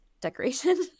decoration